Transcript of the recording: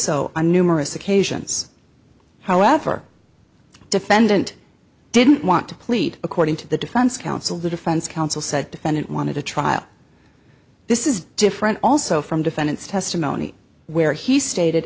on numerous occasions however the defendant didn't want to plead according to the defense counsel the defense counsel said defendant wanted a trial this is different also from defendants testimony where he stated